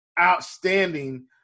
outstanding